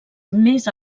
més